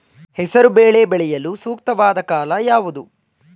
ಹೆಸರು ಬೇಳೆ ಬೆಳೆಯಲು ಸೂಕ್ತವಾದ ಕಾಲ ಯಾವುದು?